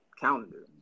calendar